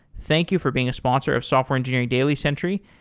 thank you for being a sponsor of software engineering daily, sentry,